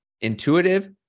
intuitive